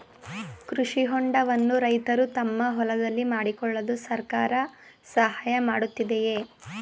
ಕೃಷಿ ಹೊಂಡವನ್ನು ರೈತರು ತಮ್ಮ ಹೊಲದಲ್ಲಿ ಮಾಡಿಕೊಳ್ಳಲು ಸರ್ಕಾರ ಸಹಾಯ ಮಾಡುತ್ತಿದೆಯೇ?